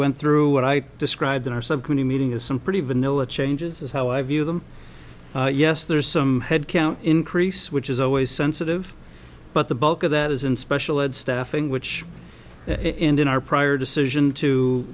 went through what i described in our subcommittee meeting is some pretty vanilla changes is how i view them yes there's some headcount increase which is always sensitive but the bulk of that is in special ed staffing which in our prior decision to